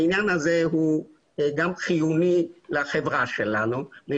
העניין הזה הוא גם חיוני לחברה שלנו מפני